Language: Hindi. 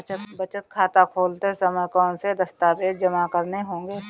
बचत खाता खोलते समय कौनसे दस्तावेज़ जमा करने होंगे?